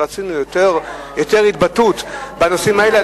שרצינו יותר התבטאות בנושאים האלה,